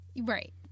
right